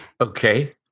Okay